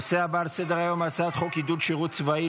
הנושא הבא על סדר-היום הצעת חוק עידוד שירות צבאי,